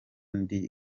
ndi